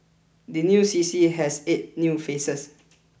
the new C C has eight new faces